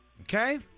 Okay